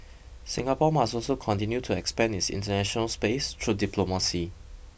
Singapore must also continue to expand its international space through diplomacy